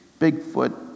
Bigfoot